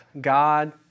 God